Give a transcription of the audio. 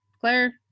Claire